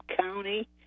County